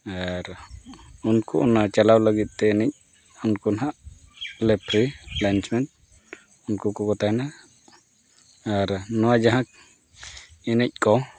ᱟᱨ ᱩᱱᱠᱩ ᱚᱱᱟ ᱪᱟᱞᱟᱣ ᱞᱟᱹᱜᱤᱫ ᱛᱮ ᱡᱟᱱᱤᱡ ᱩᱱᱠᱩ ᱱᱟᱦᱟᱸᱜ ᱞᱮᱯᱷᱟᱨᱤ ᱞᱟᱭᱤᱥᱢᱮᱱ ᱩᱱᱠᱩ ᱠᱚᱠᱚ ᱛᱟᱦᱮᱱᱟ ᱟᱨ ᱱᱚᱣᱟ ᱡᱟᱦᱟᱸ ᱮᱱᱮᱡ ᱠᱚ